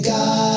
God